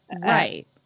right